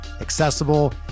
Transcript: accessible